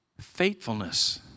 Faithfulness